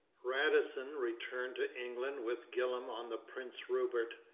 radisson returned to england with gillam on the prince rupert,